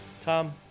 Tom